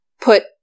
put